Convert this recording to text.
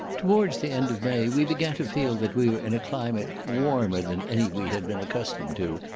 towards the end of may we began to feel that we were in a climate warmer than any we had been accustomed to,